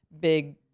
big